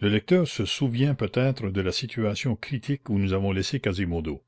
le lecteur se souvient peut-être de la situation critique où nous avons laissé quasimodo